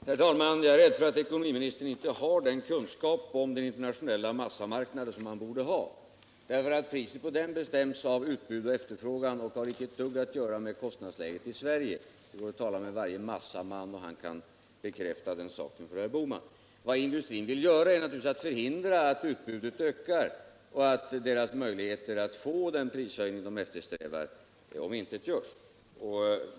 Herr talman! Jag är rädd för att ekonomiministern inte har den kunskap om den internationella massamarknaden som han borde ha. Priset på den bestäms av utbud och efterfrågan och har inte ett dugg att göra med kostnadsläget i Sverige. Det går att tala med varje man inom massaindustrin och han kan bekräfta den saken för herr Bohman. Vad industrin vill göra är naturligtvis att förhindra att utbudet ökar och att möjligheterna att få den prishöjning man eftersträvar omintetgörs.